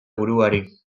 buruari